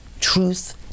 Truth